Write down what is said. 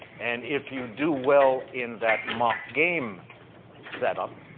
and if you do well in that mock game setup,